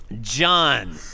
John